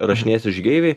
rašinėjasi žygeiviai